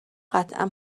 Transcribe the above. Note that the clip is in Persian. قطعا